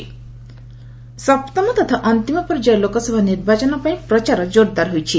campaigning ସପ୍ତମ ତଥା ଅନ୍ତିମ ପର୍ଯ୍ୟାୟ ଲୋକସଭା ନିର୍ବାଚନ ପାଇଁ ପ୍ରଚାର ଜୋର୍ଦାର୍ ହୋଇଛି